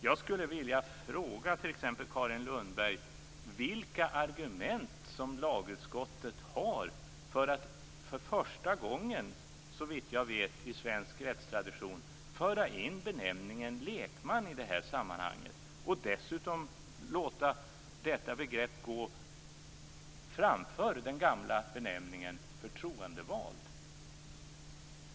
Jag skulle vilja fråga t.ex. Carin Lundberg vilka argument lagutskottet har för att, såvitt jag vet för första gången i svensk rättstradition, föra in benämningen lekman i det här sammanhanget och dessutom låta detta begrepp gå framför den gamla benämningen förtroendevald.